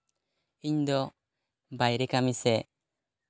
ᱤᱧ ᱫᱚ ᱵᱟᱭᱨᱮ ᱠᱟᱹᱢᱤ ᱥᱮ